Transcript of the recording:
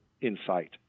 insight